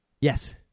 Yes